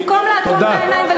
במקום לעצום את העיניים, תודה.